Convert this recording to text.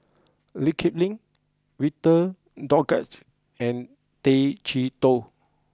Lee Kip Lin Victor Doggett and Tay Chee Toh